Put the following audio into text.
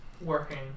working